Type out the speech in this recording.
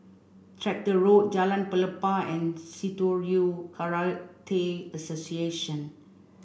Tractor Road Jalan Pelepah and Shitoryu Karate Association